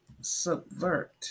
subvert